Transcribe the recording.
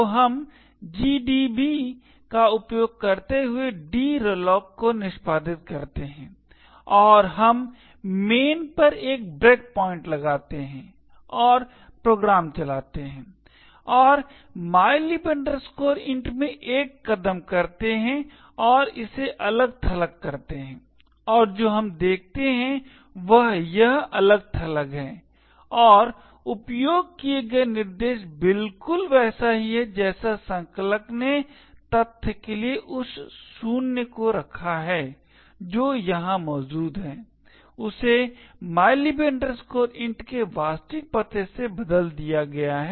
तो हम GDB का उपयोग करते हुए dreloc को निष्पादित करते हैं और हम main पर एक ब्रेकपॉइंट लगाते हैं और प्रोग्राम चलाते हैं और mylib int में एक कदम करते हैं और इसे अलग थलग करते हैं और जो हम देखते हैं वह यह अलग थलग है और उपयोग किए गए निर्देश बिल्कुल वैसा ही है जैसा संकलक ने तथ्य के लिए उस शून्य को रखा है जो यहां मौजूद है उसे mylib int के वास्तविक पते से बदल दिया गया है